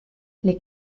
les